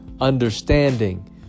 understanding